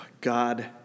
God